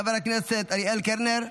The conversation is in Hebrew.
חבר הכנסת אריאל קלנר,